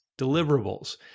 deliverables